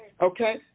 Okay